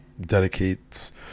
dedicates